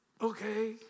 okay